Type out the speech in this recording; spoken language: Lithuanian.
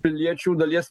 piliečių dalies